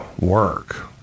work